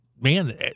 man